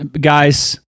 guys